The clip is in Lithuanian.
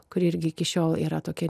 kur irgi iki šiol yra tokia